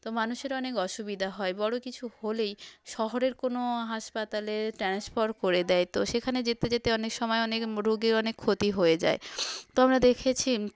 তো মানুষের অনেক অসুবিধা হয় বড় কিছু হলেই শহরের কোনো হাসপাতালে ট্রান্সফার করে দেয় তো সেখানে যেতে যেতে অনেক সময় অনেক রোগীর অনেক ক্ষতি হয়ে যায় তো আমরা দেখেছি